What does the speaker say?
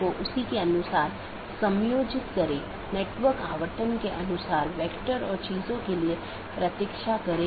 1 open message दो सहकर्मी nodes के बीच एक BGP सत्र स्थापित करता है